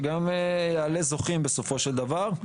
שגם יעלה זוכים בסופו של דבר.